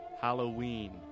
Halloween